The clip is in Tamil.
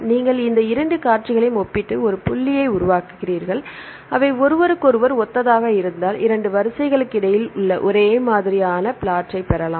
நீங்கள் இந்த இரண்டு காட்சிகளையும் ஒப்பிட்டு ஒரு புள்ளியை உருவாக்குகிறீர்கள் அவை ஒருவருக்கொருவர் ஒத்ததாக இருந்தால் 2 வரிசைகளுக்கு இடையில் உள்ள ஒரே மாதிரியான பிளாட்டைப் பெறலாம்